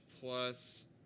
plus